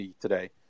today